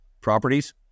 properties